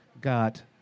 got